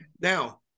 Now